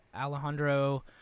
Alejandro